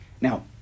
Now